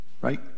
Right